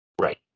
Right